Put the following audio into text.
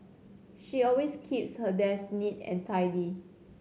she always keeps her desk neat and tidy